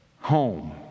home